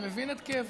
אני מבין את כאבכם.